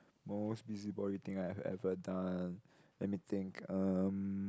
most busybody thing I've ever done let me think um